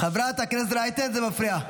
חברת הכנסת רייטן, זה מפריע.